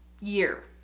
year